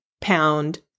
pound